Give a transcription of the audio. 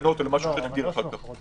לתקנות או למשהו שנביא אחר כך.